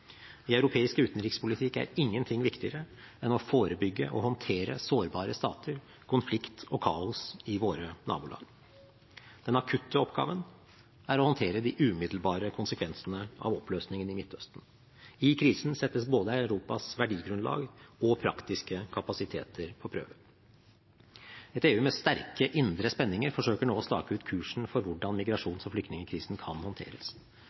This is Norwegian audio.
I europeisk utenrikspolitikk er ingenting viktigere enn å forebygge og håndtere sårbare stater og konflikt og kaos i våre nabolag. Den akutte oppgaven er å håndtere de umiddelbare konsekvensene av oppløsningen i Midtøsten. I krisen settes både Europas verdigrunnlag og praktiske kapasiteter på prøve. Et EU med sterke indre spenninger forsøker nå å stake ut kursen for hvordan migrasjons- og flyktningkrisen kan håndteres.